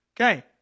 Okay